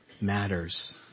matters